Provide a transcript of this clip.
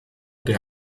der